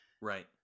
right